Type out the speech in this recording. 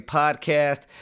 podcast